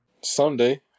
Someday